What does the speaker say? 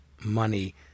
money